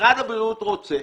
משרד הבריאות רוצה,